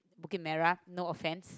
Bukit-Merah no offence